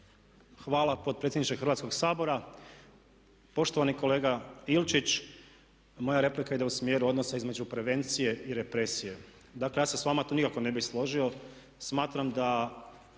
Hvala predsjedniče Hrvatskog sabora. Poštovani kolega Ilčić moja replika ide u smjeru odnosa između prevencije i represije. Dakle, ja se s vama tu nikako ne bih složio. Smatram da